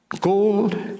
gold